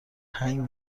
هنگ